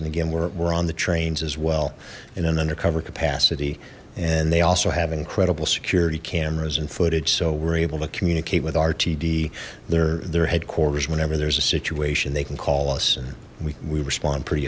and again we're on the trains as well in an undercover capacity and they also have incredible security cameras and footage so we're able to communicate with rtd they're their headquarters whenever there's a situation they can call us and we respond pretty